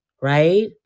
right